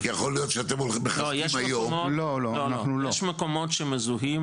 יכול להיות שאתם מחזקים היום --- יש מקומות שמזוהים